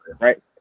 right